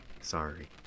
Sorry